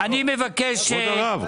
אין צמצומים מתוכננים